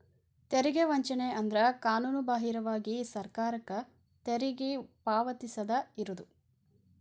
ತೆರಿಗೆ ವಂಚನೆ ಅಂದ್ರ ಕಾನೂನುಬಾಹಿರವಾಗಿ ಸರ್ಕಾರಕ್ಕ ತೆರಿಗಿ ಪಾವತಿಸದ ಇರುದು